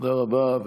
תודה רבה.